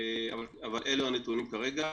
אבל אלו הנתונים כרגע.